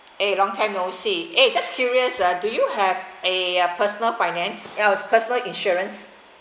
eh long time no see eh just curious ah do you have a personal finance oh it's personal insurance